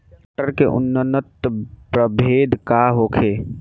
मटर के उन्नत प्रभेद का होखे?